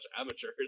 amateurs